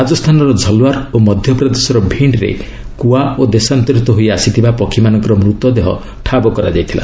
ରାଜସ୍ଥାନର ଝଲୱାର ଓ ମଧ୍ୟପ୍ରଦେଶର ଭିଣ୍ଡ ରେ କୁଆ ଓ ଦେଶାନ୍ତରିତ ହୋଇ ଆସିଥିବା ପକ୍ଷୀ ମାନଙ୍କର ମୃତ ଦେହ ଠାବ କରାଯାଇଥିଲା